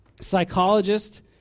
psychologist